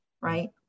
right